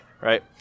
right